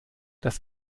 das